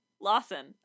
Lawson